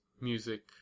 music